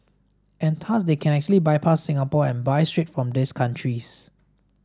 and thus they can actually bypass Singapore and buy straight from these countries